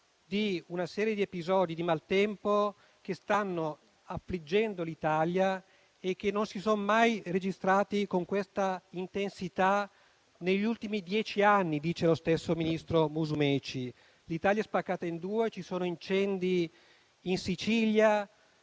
di una serie di episodi di maltempo che stanno affliggendo l'Italia e che non si sono mai registrati con questa intensità negli ultimi dieci anni, come dice lo stesso ministro Musumeci. L'Italia è spaccata in due: ci sono incendi in Sicilia,